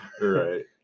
right